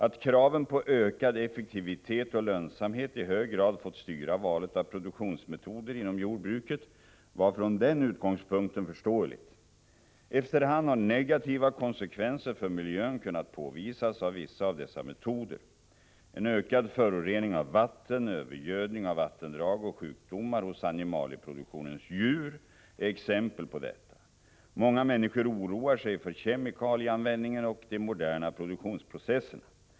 Att kraven på ökad effektivitet och lönsamhet i hög grad har fått styra valet av produktionsmetoder inom jordbruket var från den utgångspunkten förståeligt. Efter hand har negativa konsekvenser för miljön kunnat påvisas av vissa av dessa metoder. En ökad förorening av vatten, övergödning av vattendrag och sjukdomar hos animalieproduktionens djur är exempel på detta. Många människor oroar sig för kemikalieanvändningen och de moderna produktionsprocesserna.